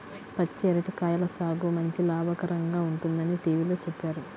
పచ్చి అరటి కాయల సాగు మంచి లాభకరంగా ఉంటుందని టీవీలో చెప్పారు